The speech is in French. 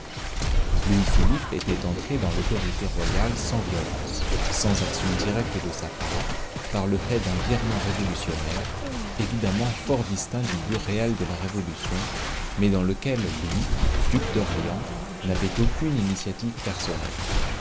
louis-philippe était entré dans l'autorité royale sans violence sans action directe de sa part par le fait d'un virement révolutionnaire évidemment fort distinct du but réel de la révolution mais dans lequel lui duc d'orléans n'avait aucune initiative personnelle